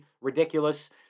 ridiculous